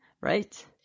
Right